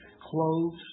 Clothes